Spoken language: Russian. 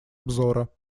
обзора